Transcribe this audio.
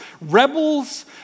rebels